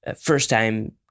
first-time